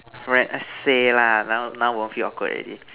friend err say lah now now won't feel awkward already